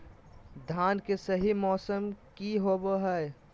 धान के सही मौसम की होवय हैय?